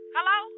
Hello